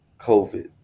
COVID